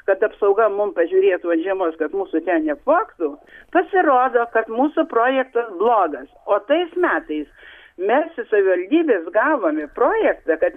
kad apsauga mum pažiūrėtų ant žiemos kad mūsų ten neapvogtų pasirodo kad mūsų projektas blogas o tais metais mes iš savivaldybės gavome projektą kad